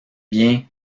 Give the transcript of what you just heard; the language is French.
bien